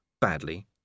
badly